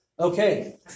Okay